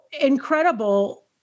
incredible